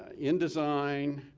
indesign,